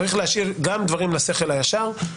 צריך להשאיר גם דברים לשכל הישר.